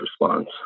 response